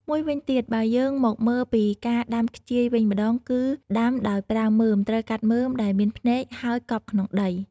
មួយវិញទៀត បើយើងមកមើលពីការដាំខ្ជាយវិញម្តង គឺដាំដោយប្រើមើម ត្រូវកាត់មើមដែលមានភ្នែក ហើយកប់ក្នុងដី។